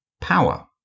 power